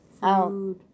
Food